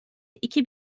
iki